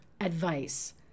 advice